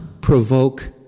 provoke